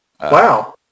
Wow